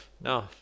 No